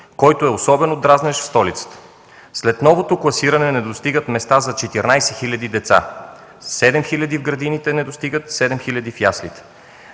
който е особено дразнещ в столицата. След новото класиране не достигат места за 14 000 деца – 7000 в градините, 7000 в яслите.